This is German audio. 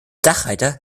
dachreiter